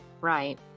Right